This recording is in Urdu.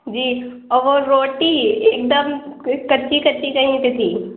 جی اور وہ روٹی ایک دم کچی کچی کہیں پہ تھی